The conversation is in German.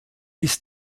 ist